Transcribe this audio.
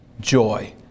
joy